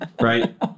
right